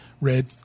red